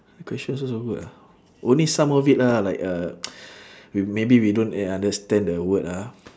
question also so good ah only some of it lah like uh we maybe we don't really understand the word ah